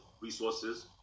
resources